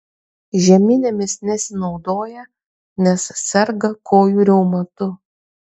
žeminėmis nesinaudoja nes serga kojų reumatu